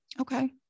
Okay